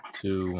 two